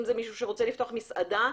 מסעדה,